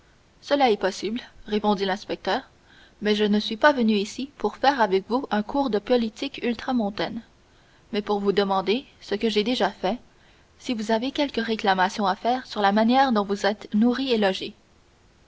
cela est possible répondit l'inspecteur mais je ne suis pas venu ici pour faire avec vous un cours de politique ultramontaine mais pour vous demander ce que j'ai déjà fait si vous avez quelques réclamations à faire sur la manière dont vous êtes nourri et logé